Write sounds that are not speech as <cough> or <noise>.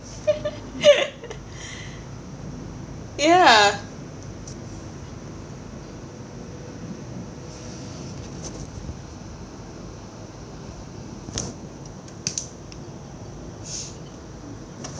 <laughs> ya